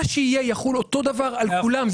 מה שיהיה, יחול אותו דבר על כולם.